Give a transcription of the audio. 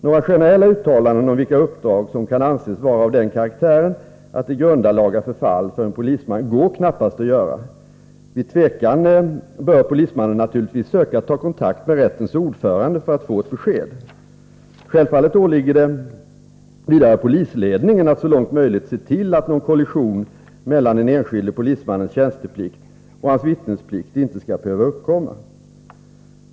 Några generella uttalanden om vilka uppdrag som kan anses vara av den karaktären att de grundar laga förfall för en polisman går knappast att göra. Vid tvekan bör polismannen naturligtvis söka ta kontakt med rättens att vittna vid rättegång ordförande för att få ett besked. Självfallet åligger det vidare polisledningen att så långt möjligt se till att någon kollison mellan den enskilde polismannens tjänsteplikt och hans vittnesplikt inte skall behöva uppkomma.